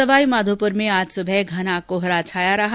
सवाई माधोपुर में आज सुबह घना कोहरा छाया रहा